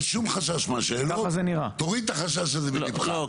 תוריד את החשש מליבך.